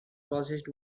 processed